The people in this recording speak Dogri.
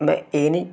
में एह् निं